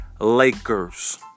Lakers